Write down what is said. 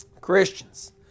Christians